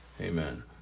Amen